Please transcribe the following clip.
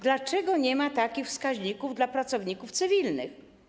Dlaczego nie ma takich wskaźników dotyczących pracowników cywilnych?